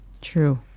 True